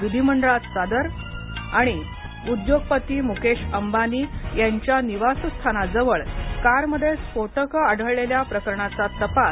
विधिमंडळात सादर उद्योपती मुकेश अंबानी यांच्या निवासस्थानाजवळ कार मध्ये स्फोटके आढळलेल्या प्रकरणाचा तपास